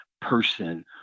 person